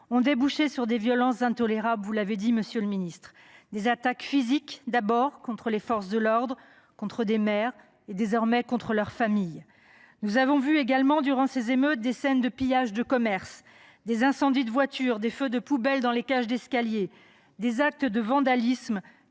le ministre, sur des violences intolérables. Je pense aux attaques physiques contre les forces de l’ordre, contre des maires et, désormais, contre leurs familles. Nous avons également vu, durant ces émeutes, des scènes de pillages de commerces, des incendies de voitures, des feux de poubelles dans les cages d’escalier, des actes de vandalisme